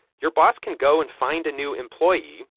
your boss can go and find a new employee,